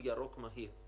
1 עד 5?